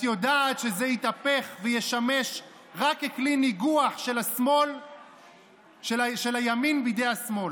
את יודעת שזה יתהפך וישמש רק כלי ניגוח של הימין בידי השמאל.